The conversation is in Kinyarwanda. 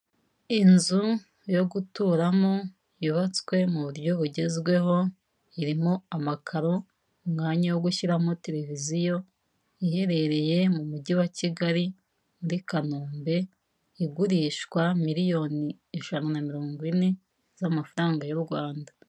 Inzu yo guturamo yubatswe mu buryo bugezweho irimo amakaro, umwanya wo gushyiramo televiziyo iherereye mu mujyi wa Kigali muri Kanombe igurishwa miliyoni ijana na mirongo ine z'amafaranga y'u Rwanda.